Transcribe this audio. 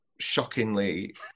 shockingly